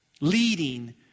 leading